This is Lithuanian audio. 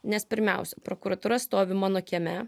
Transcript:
nes pirmiausia prokuratūra stovi mano kieme